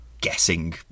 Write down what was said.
guessing